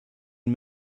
ein